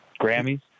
Grammys